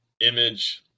image